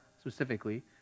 specifically